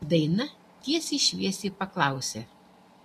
daina tiesiai šviesiai paklausė